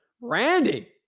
Randy